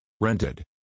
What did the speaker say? Rented